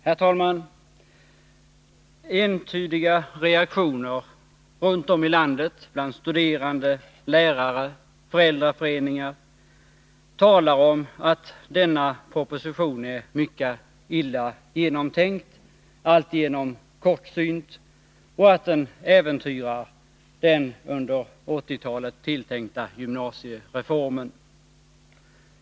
Herr talman! Entydiga reaktioner runt om i landet bland studerande, lärare och föräldraföreningar talar om att denna proposition är mycket illa genomtänkt, alltigenom kortsynt och att den äventyrar den under 1980-talet tilltänkta gymnasiereformen.